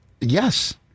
Yes